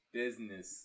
business